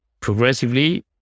progressively